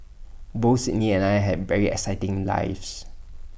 both Sydney and I had very exciting lives